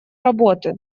работы